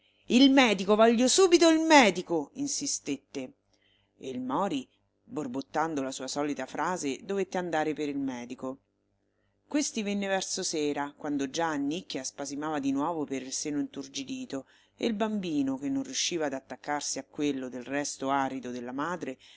il medico voglio subito il medico insistette e il mori borbottando la sua solita frase dovette andare per il medico questi venne verso sera quando già annicchia spasimava di nuovo per il seno inturgidito e il bambino che non riusciva ad attaccarsi a quello del resto arido della madre